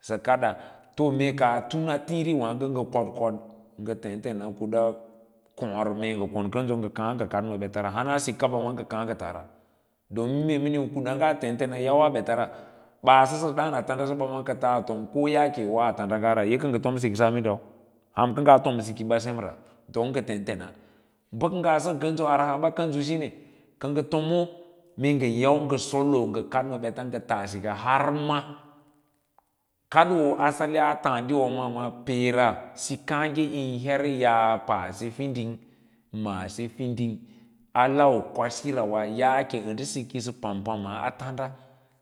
Sa kada mee nga wwgo tun a tiiri waagao nga kod kod nga tentea kuda kor mee nga kon konas nga kaa nga kad na bets ra hans sik kaba nga kas nga taara domin mee minu kudanga tetens nga myawa betara ba saasa a thansa sara ba ka tas a tom ko yaake woa tonda ngar ye ka nga sik sa minde han nga tom ma siki ba semra domin nga tentens baka ng asak kansote amma kans shime nga tomo mee ngan yau nga solo nga kad na bets nga tas sika har ma kadoo asali a taadira maawa peera siikaage yiu her yas paase fiding maase findin ar lau kwasirawa yaake a nda siki sa pam pam ma a tanda